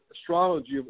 astrology